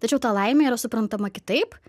tačiau ta laimė yra suprantama kitaip